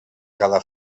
cada